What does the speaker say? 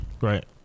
Right